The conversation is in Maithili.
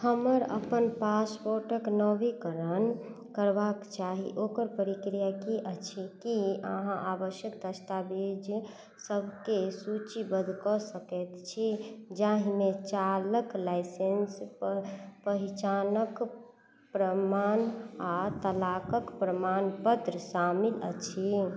हमर अपन पासपोर्टके नवीनीकरण करबाक चाही ओकर प्रक्रिया कि अछि कि अहाँ आवश्यक दस्तावेज सबकेँ सूचीबद्ध कऽ सकै छी जाहिमे चालक लाइसेन्स ओकर पहिचानके प्रमाण आओर तलाकके प्रमाणपत्र शामिल अछि